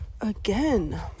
again